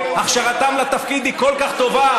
הכשרתם לתפקיד היא כל כך טובה,